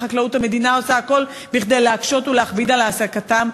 המדינה עושה הכול כדי להקשות ולהכביד את העסקתם,